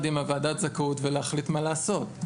עם וועדת הזכאות ולהחליט מה לעשות.